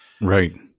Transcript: Right